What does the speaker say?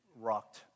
rocked